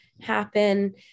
happen